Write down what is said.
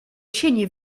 sieni